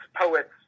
poets